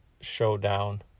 showdown